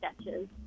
sketches